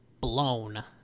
blown